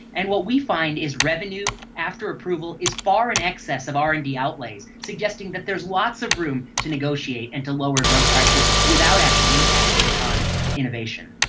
and what we find is revenue after approval is far in excess of r and d outlays, suggesting that there is lots of room to negotiate and to lower drug prices without actually impacting on innovation.